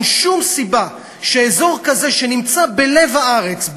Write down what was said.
אין שום סיבה שאזור כזה שנמצא בלב הארץ,